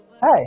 hey